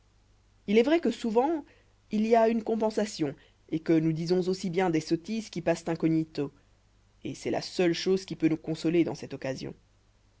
il est vrai que souvent il y a une compensation et que nous disons aussi bien des sottises qui passent incognito et c'est la seule chose qui peut nous consoler dans cette occasion